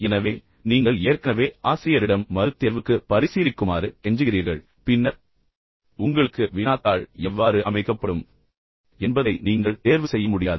எனவே நீங்கள் ஏற்கனவே ஆசிரியரிடம் மறு தேர்வுக்கு பரிசீலிக்குமாறு கெஞ்சுகிறீர்கள் பின்னர் உங்களுக்கு வினாத்தாள் எவ்வாறு அமைக்கப்படும் என்பதை நீங்கள் தேர்வு செய்ய முடியாது